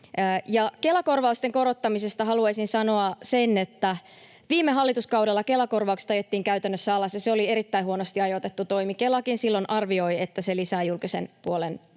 Kela-korvausten korottamisesta haluaisin sanoa sen, että viime hallituskaudella Kela-korvaukset ajettiin käytännössä alas, ja se oli erittäin huonosti ajoitettu toimi. Kelakin silloin arvioi, että se lisää julkisen puolen